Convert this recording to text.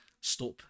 stop